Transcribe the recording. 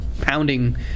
pounding